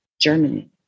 Germany